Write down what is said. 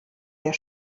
der